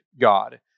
God